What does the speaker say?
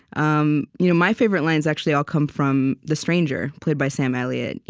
um you know my favorite lines actually all come from the stranger, played by sam elliott.